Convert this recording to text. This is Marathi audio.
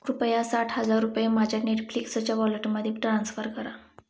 कृपया साठ हजार रुपये माझ्या नेटफ्लिक्सच्या वॉलेटमध्ये ट्रान्स्फर करा